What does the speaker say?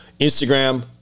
Instagram